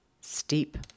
steep